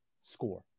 score